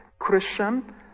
Christian